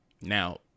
Now